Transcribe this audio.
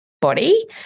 body